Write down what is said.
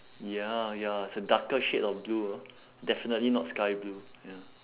ya ya it's a darker shade of blue ah definitely not sky blue ya